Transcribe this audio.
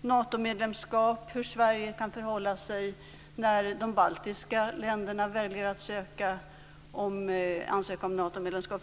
Natomedlemskap och hur Sverige skall förhålla sig när de baltiska länderna väljer att ansöka om medlemskap.